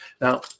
Now